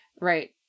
right